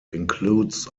includes